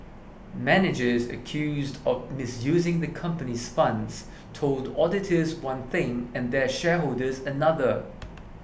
managers accused of misusing the comopany's funds told auditors one thing and their shareholders another